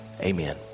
Amen